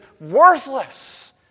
worthless